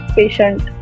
patient